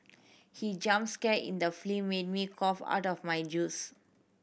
he jump scare in the made me cough out my juice